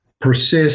persist